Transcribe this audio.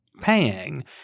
paying